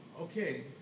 Okay